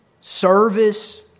service